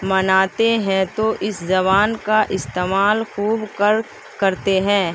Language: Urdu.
مناتے ہیں تو اس زبان کا استعمال خوب کر کرتے ہیں